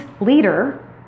leader